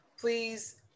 Please